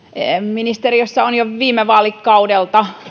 ministeriössä on jo viime vaalikaudelta